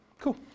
cool